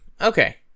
Okay